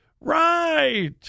right